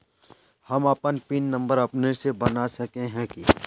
हम अपन pin number अपने से बना सके है की?